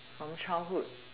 from childhood